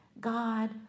God